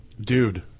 Dude